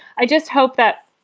i just hope that.